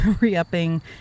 re-upping